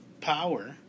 power